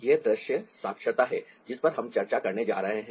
यह दृश्य साक्षरता है जिस पर हम चर्चा करने जा रहे हैं